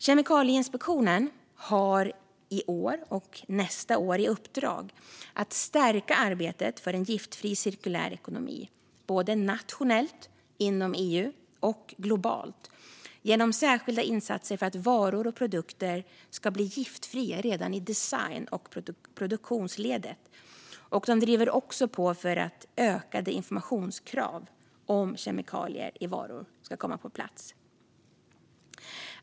Kemikalieinspektionen har i år och nästa år i uppdrag att stärka arbetet för en giftfri cirkulär ekonomi, både nationellt, inom EU och globalt, genom särskilda insatser för att varor och produkter ska bli giftfria redan i design och produktionsledet. De driver också på för att ökade informationskrav när det gäller kemikalier i varor ska komma på plats.